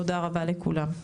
תודה רבה לכולם.